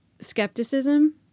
skepticism